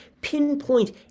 pinpoint